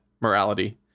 morality